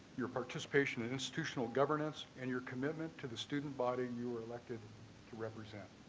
your participation in institutional governance and your commitment to the student body. you are elected to represent.